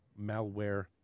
malware